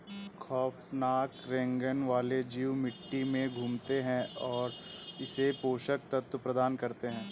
खौफनाक रेंगने वाले जीव मिट्टी में घूमते है और इसे पोषक तत्व प्रदान करते है